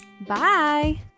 Bye